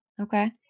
Okay